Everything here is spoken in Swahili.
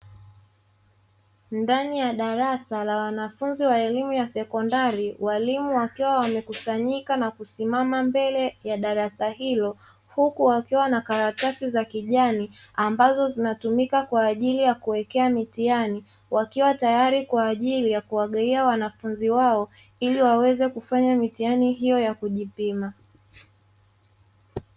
Ndani ya darasa la wanafunzi wa elimu ya sekondari, walimu wakiwa wamekusanyika na kusimama mbele ya darasa hilo, huku wakiwa na karatasi za kijani ambazo zinatumika kwa ajili ya kuwekea mitihani, wakiwa tayari kwaajili ya kuwagaia wanafunzi wao ili waweze kufanya mitihani hiyo ya kujipima.